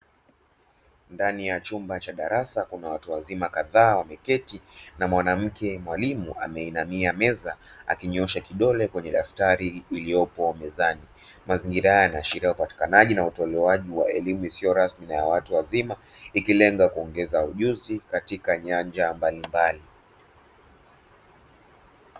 Ndani ya chumba cha darasa kuna watu wazima kadhaa wameketi na mwanamke mwalimu ameinamia meza akinyoosha kidole kwenye daftari lililopo mezani, Mazingira haya yanaashiria upatikanaji na utolewaji wa elimu isiyo rasmi na yawatu wazima ikilenga kuongeza ujuzi katika nyanja mbalimbali.